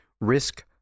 risk